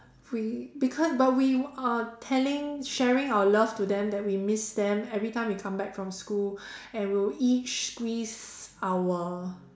we because but we are telling sharing our love to them that we miss them every time we come back from school and we'll each squeeze our